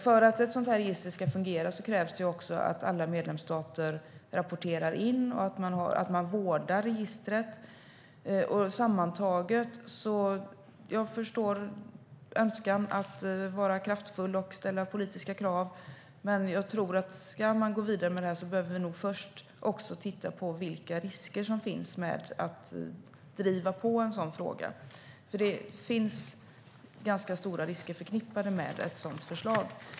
För att ett sådant register ska fungera krävs det också att alla medlemsstater rapporterar in och att man vårdar registret. Jag förstår önskan att vara kraftfull och ställa politiska krav. Men ska man gå vidare med detta behöver vi nog först titta på vilka risker som finns med att driva på en sådan fråga. Det finns ganska stora risker förknippade med ett sådant förslag.